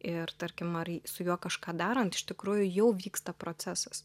ir tarkim ar su juo kažką darant iš tikrųjų jau vyksta procesas